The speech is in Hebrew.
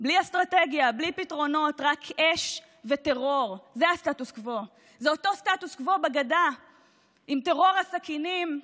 בראשית הציונות, יצא חוצץ כנגד הציונות,